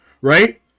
right